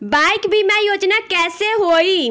Bike बीमा योजना कैसे होई?